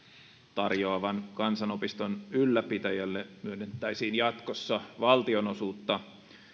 tarjoavan kansanopiston ylläpitäjälle myönnettäisiin jatkossa valtionosuutta